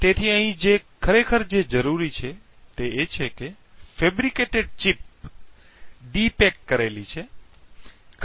તેથી અહીં ખરેખર જે જરૂરી છે તે છે કે બનાવટી ચિપ ડી પેક કરેલી છે